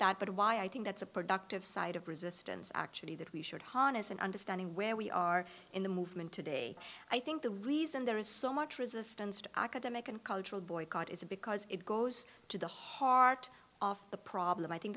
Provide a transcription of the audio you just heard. that but why i think that's a productive side of resistance actually that we should harness and understanding where we are in the movement today i think the reason there is so much resistance to academic and cultural boycott is because it goes to the heart of the problem i think